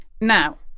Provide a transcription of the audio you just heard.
Now